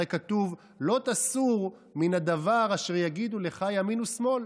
הרי כתוב: "לא תסור מן הדבר אשר יגידו לך ימין ושמאל",